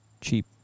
cheap